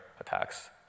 attacks